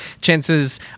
chances